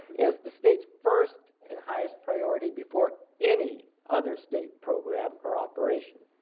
as the state's first and highest priority before any other state programs or operations.